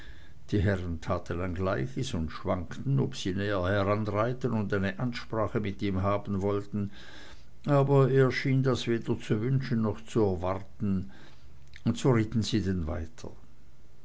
die herren taten ein gleiches und schwankten ob sie näher heranreiten und eine ansprache mit ihm haben sollten aber er schien das weder zu wünschen noch zu erwarten und so ritten sie denn weiter